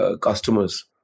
customers